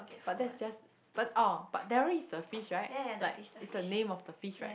but that's just but orh but Darryl is this fish right like it's the name of the fish right